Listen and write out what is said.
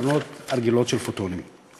בהקרנות רגילות של פוטונים.